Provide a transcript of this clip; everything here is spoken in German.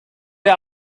der